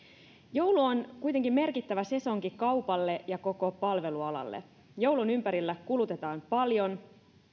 joulu on kuitenkin merkittävä sesonki kaupalle ja koko palvelualalle joulun ympärillä kulutetaan paljon